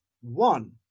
One